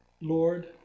Lord